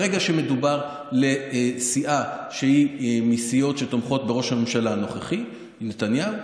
ברגע שמדובר בסיעה שהיא מסיעות שתומכות בראש הממשלה הנוכחי נתניהו,